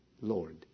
Lord